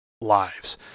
lives